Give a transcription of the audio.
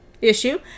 issue